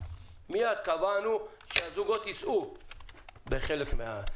מייד קבענו שהזוגות יישאו בחלק מן ההוצאות,